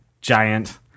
giant